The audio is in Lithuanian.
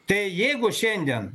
tai jeigu šiandien